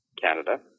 Canada